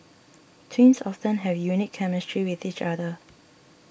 twins often have unique chemistry with each other